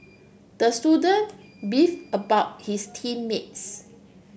the student beefed about his team mates